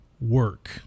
work